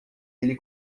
ele